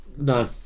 No